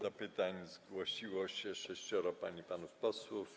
Do pytań zgłosiło się sześcioro pań i panów posłów.